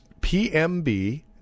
PMB